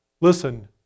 Listen